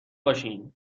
باشین